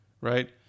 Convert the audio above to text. Right